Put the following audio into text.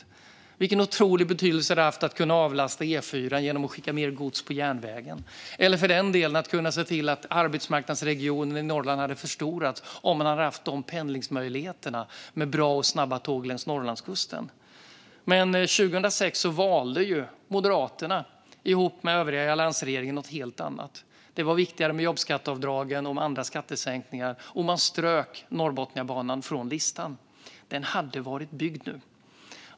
Tänk vilken otrolig betydelse det hade haft att kunna avlasta E4:an genom att skicka mer gods på järnvägen, eller för den delen att kunna se till att arbetsmarknadsregionen i Norrland hade förstorats om man hade haft de pendlingsmöjligheterna med bra och snabba tåg längs Norrlandskusten. Men 2006 valde Moderaterna ihop med övriga i alliansregeringen något helt annat. Det var viktigare med jobbskatteavdragen och andra skattesänkningar, och man strök Norrbotniabanan från listan. Den hade varit byggd nu.